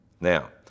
Now